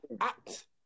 act